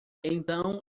então